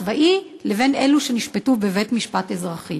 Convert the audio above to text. צבאי לבין אלו שתוקפיהם נשפטו בבית-משפט אזרחי.